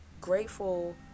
grateful